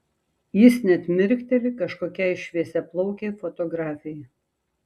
jis net mirkteli kažkokiai šviesiaplaukei fotografei